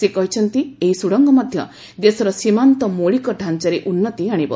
ସେ କହିଛନ୍ତି ଏହି ସୁଡ଼ଙ୍ଗ ମଧ୍ୟ ଦେଶର ସୀମାନ୍ତ ମୌଳିକ ଢାଞ୍ଚାରେ ଉନ୍ନତି ଆଶିବ